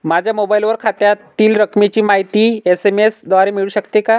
माझ्या मोबाईलवर खात्यातील रकमेची माहिती एस.एम.एस द्वारे मिळू शकते का?